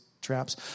traps